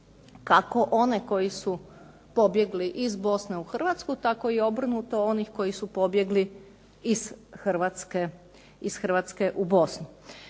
Kako one koji su pobjegli iz Bosne u Hrvatsku tako i obrnuto onih koji su pobjegli iz Hrvatske u Bosnu.